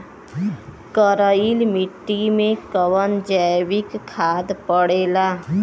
करइल मिट्टी में कवन जैविक खाद पड़ेला?